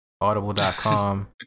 Audible.com